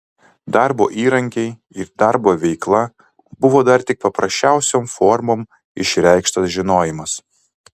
darbo įrankiai ir darbo veikla buvo dar tik paprasčiausiom formom išreikštas žinojimas